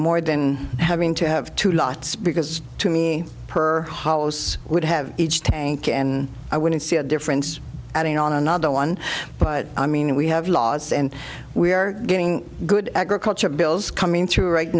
more than having to have two lots because to me per house would have each tank and i wouldn't see a difference adding on another one but i mean we have laws and we are getting good agriculture bills coming through right